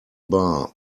bar